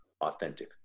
authentic